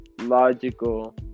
logical